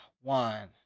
one